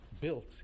built